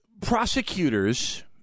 prosecutors